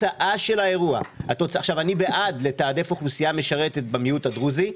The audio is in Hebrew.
אני בעד לתעדף אוכלוסייה משרתת במיעוט הדרוזי,